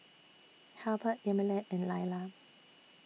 Halbert Yamilet and Lailah